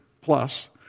plus